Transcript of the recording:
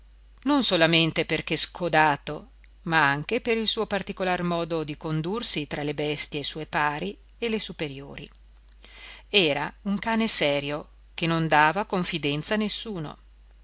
non solamente perché scodato ma anche per il suo particolar modo di condursi tra le bestie sue pari e le superiori era un cane serio che non dava confidenza a nessuno